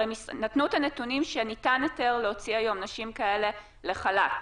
הרי נתנו את הנתונים שהיום ניתן היתר להוציא נשים כאלה לחל"ת,